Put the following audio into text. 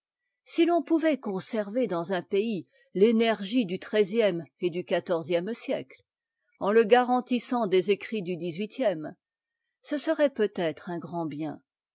si l'on pouvait conserver dans un pays l'énergie du treizième et du quatorzième siècie en le garantissant des écrits du dix-huitième ce serait peut-être un grand bien